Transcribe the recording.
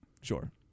Sure